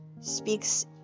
speaks